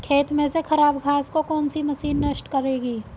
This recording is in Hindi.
खेत में से खराब घास को कौन सी मशीन नष्ट करेगी?